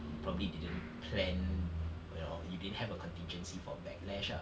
you probably didn't plan your you didn't have a contingency for backlash ah